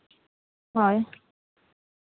ᱦᱳᱭ